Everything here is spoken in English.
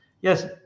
yes